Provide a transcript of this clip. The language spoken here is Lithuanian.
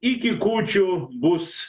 iki kūčių bus